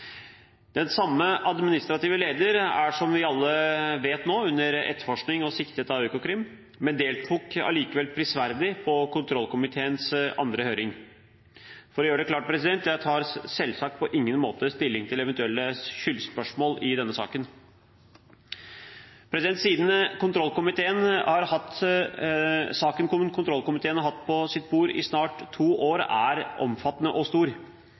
Den samme administrative leder er, som vi alle vet nå, under etterforskning og siktet av Økokrim, men deltok likevel prisverdig på kontrollkomiteens andre høring. For å gjøre det klart: Jeg tar selvsagt på ingen måte stilling til eventuelle skyldspørsmål i denne saken. Saken kontrollkomiteen har hatt på sitt bord i snart to år, er omfattende og stor.